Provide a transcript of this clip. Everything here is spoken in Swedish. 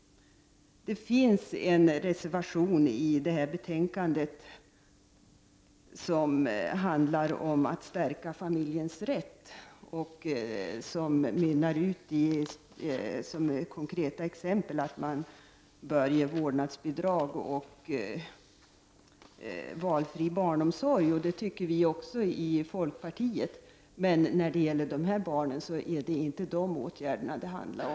Det finns i betänkandet en reservation som handlar om åtgärder i syfte att stärka familjens rätt. Reservationen mynnar ut i några konkreta exempel, nämligen förslag om att man bör ge vårdnadsbidrag och valfri barnomsorg. Detta ställer även vi i folkpartiet upp på, men dessa åtgärder är inte de som skall tas till för att hjälpa de nu aktuella barnen.